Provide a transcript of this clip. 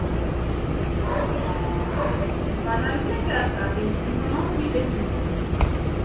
ᱚᱸᱻ ᱵᱟᱱᱟᱨ ᱜᱮᱞᱮ ᱪᱟᱥᱼᱟ ᱫᱮᱥᱤ ᱦᱚᱸ ᱵᱤᱫᱮᱥᱤ ᱦᱚᱸ